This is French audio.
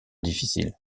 difficile